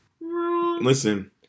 Listen